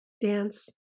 dance